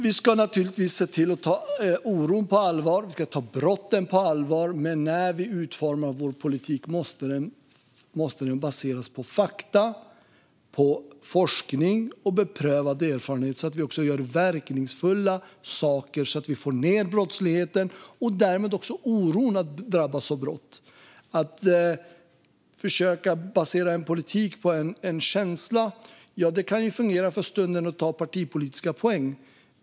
Vi ska naturligtvis ta oron och brotten på allvar, men när vi utformar vår politik måste den baseras på fakta och på forskning och beprövad erfarenhet så att vi också gör verkningsfulla saker. Så får vi ned brottsligheten och därmed också oron för att drabbas av brott. Att försöka basera politik på en känsla kan fungera för att ta partipolitiska poäng i stunden.